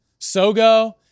Sogo